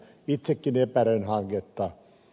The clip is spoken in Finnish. itsekin epäröin hanketta